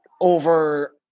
over